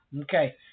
Okay